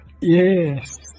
Yes